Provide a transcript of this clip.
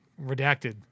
redacted